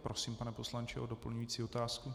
Prosím, pane poslanče, o doplňující otázku.